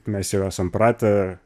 mes jau esam pratę